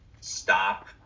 stop